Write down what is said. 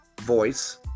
voice